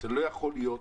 לא יכולה להיות